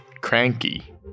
cranky